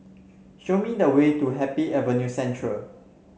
show me the way to Happy Avenue Central